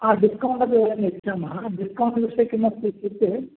discount अपि वयं यच्छामः डिस्कौण्ट् विषये किमस्ति इत्युक्ते